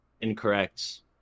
Incorrect